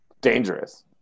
Dangerous